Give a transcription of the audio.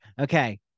Okay